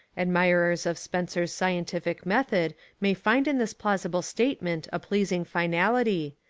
admirers of spencer's scientific method may find in this plausible statement a pleasing finality,